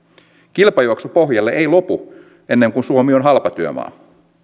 kilpajuoksu pohjalle ei lopu ennen kuin suomi on halpatyömaa